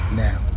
now